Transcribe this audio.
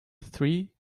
three